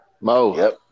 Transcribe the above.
Mo